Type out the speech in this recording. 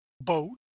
boat